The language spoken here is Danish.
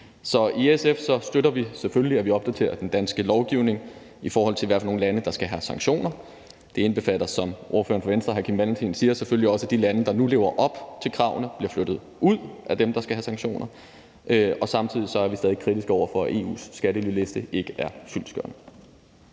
Så i SF støtter vi selvfølgelig, at vi opdaterer den danske lovgivning, i forhold til hvad for nogle lande der skal have sanktioner. Det indbefatter, som ordføreren for Venstre, hr. Kim Valentin, siger, selvfølgelig også, at de lande, der nu lever op til kravene, bliver flyttet ud af listen over dem, der skal have sanktioner. Og samtidig er vi stadig kritiske over for, at EU's skattelyliste ikke er fyldestgørende.